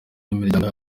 n’imiryango